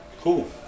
Cool